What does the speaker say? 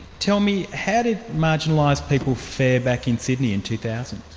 tell me, how did marginalised people fare back in sydney in two thousand?